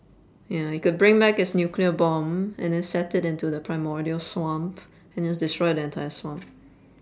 ya you could bring back this nuclear bomb and then set it into the primordial swamp and then just destroy the entire swamp